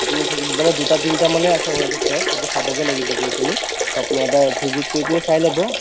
আপুনি ধৰক দুটা তিনিটামানহে আছে সেইটো ফ্লেট সেইটো চাবগৈ লাগিবগৈ গৈ পিনি আপুনি এবাৰ ভিজিট কৰি পেলাই চাই ল'ব